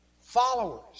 followers